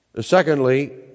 Secondly